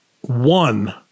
one